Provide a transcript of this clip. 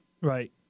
Right